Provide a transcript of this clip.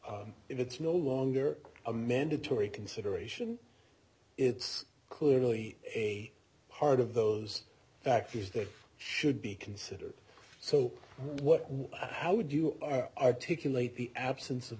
that it's no longer a mandatory consideration it's clearly part of those factors that should be considered so what how would you articulate the absence of